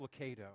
Locato